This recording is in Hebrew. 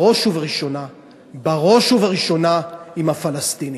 בראש ובראשונה עם הפלסטינים.